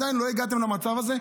עדיין לא הגעתם למצב הזה,